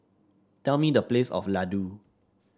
tell me the price of Ladoo